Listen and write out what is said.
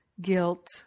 guilt